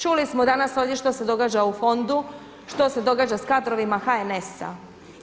Čuli smo danas ovdje što se događa u fondu, što se događa s kadrovima HNS-a.